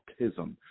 autism